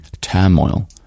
turmoil